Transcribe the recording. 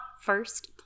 first